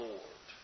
Lord